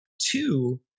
Two